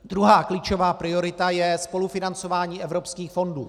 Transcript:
Druhá klíčová priorita je spolufinancování evropských fondů.